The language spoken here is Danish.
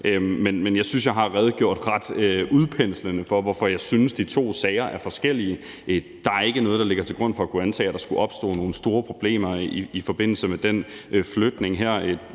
Men jeg synes, jeg har redegjort ret udpenslende for, hvorfor jeg synes de to sager er forskellige. Der er ikke noget, der ligger til grund for at kunne antage, at der skulle opstå nogle store problemer i forbindelse med den flytning her.